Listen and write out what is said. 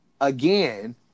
again